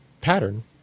pattern